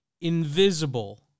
Invisible